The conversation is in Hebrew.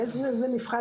באיזשהו שלב זה נפרד,